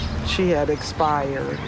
she had expired